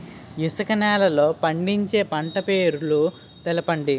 ఇసుక నేలల్లో పండించే పంట పేర్లు తెలపండి?